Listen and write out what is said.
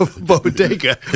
bodega